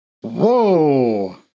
whoa